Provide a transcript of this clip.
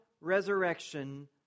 resurrection